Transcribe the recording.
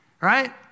right